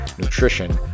nutrition